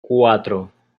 cuatro